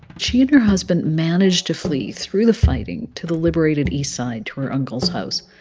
she and her husband managed to flee through the fighting to the liberated east side to her uncle's house,